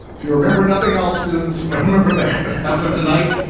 if you remember nothing else students remember that after tonight